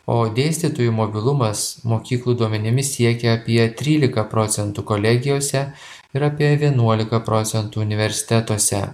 o dėstytojų mobilumas mokyklų duomenimis siekė apie trylika procentų kolegijose ir apie vienuolika procentų universitetuose